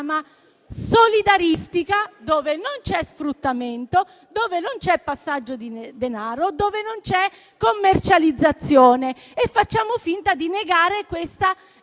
solidaristica, per la quale non c'è sfruttamento, non c'è passaggio di denaro, non c'è commercializzazione. Facciamo finta di negare questa